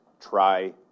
try